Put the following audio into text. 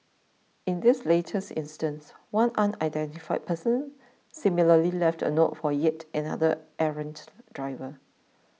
in this latest instance one unidentified person similarly left a note for yet another errant driver